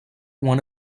one